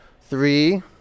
Three